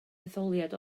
etholiad